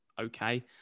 okay